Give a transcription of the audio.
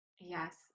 Yes